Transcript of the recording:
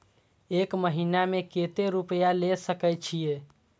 एक महीना में केते रूपया ले सके छिए?